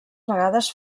vegades